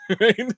Right